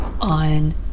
on